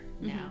now